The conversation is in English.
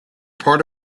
part